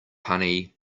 honey